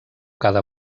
cada